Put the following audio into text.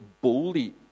boldly